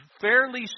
fairly